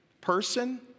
Person